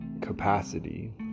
capacity